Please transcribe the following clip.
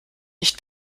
nicht